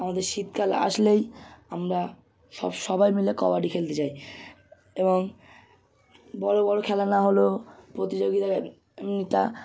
আমাদের শীতকাল আসলেই আমরা সব সবাই মিলে কবাডি খেলতে যাই এবং বড়ো বড়ো খেলা নাহলেও প্রতিযোগীদের এমনিতা